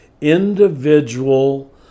individual